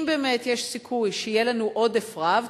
אם באמת יש סיכוי שיהיה לנו עודף רב,